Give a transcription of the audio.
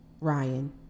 Ryan